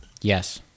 Yes